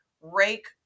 rake